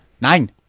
Nine